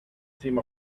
seem